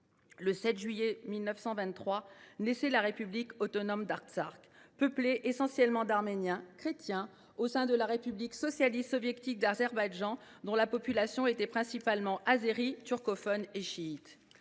Le 7 juillet 1923 naissait la république autonome d’Artsakh, peuplée essentiellement d’Arméniens chrétiens, au sein de la République socialiste soviétique d’Azerbaïdjan, dont la population était principalement azérie, turcophone et chiite.